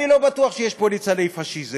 אני לא בטוח שיש פה ניצני פאשיזם,